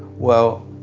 well,